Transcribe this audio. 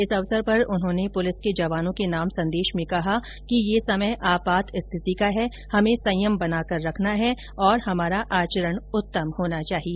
इस अवसर पर उन्होंने पुलिस के जवानों के नाम संदेश में कहा कि यह समय आपात स्थिति का है हमें संयम बनाकर रखना है और हमारा आचरण उत्तम होना चाहिए